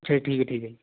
ਅੱਛਾ ਜੀ ਠੀਕ ਹੈ ਠੀਕ ਹੈ